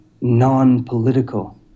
non-political